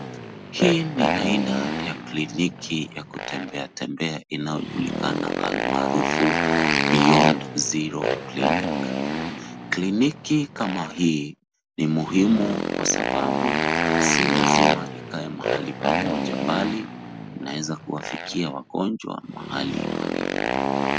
Hii ni aina ya kliniki ya kutembea tembea inayojulikana almaarufu beyond zero clinic . Kliniki kama hii ni muhimu kwasababu si lazima ikae mahali pamoja bali inaweza kuwafikia wagonjwa mahali walipo.